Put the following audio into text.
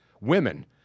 women